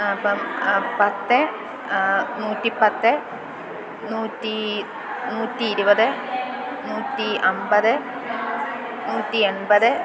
പത്ത് നൂറ്റിപ്പത്ത് നൂറ്റി നൂറ്റി ഇരുപത് നൂറ്റി അമ്പത് നൂറ്റി എൺപത്